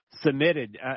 Submitted